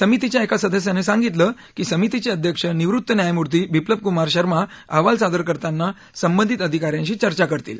समितीच्या एका सदस्यानं सांगितलं की समितीचे अध्यक्ष निवृत्त न्यायमूर्ती बिप्लब कुमार शर्मा अहवाल सादर करताना संबंधित अधिकाऱ्यांशी चर्चा करतील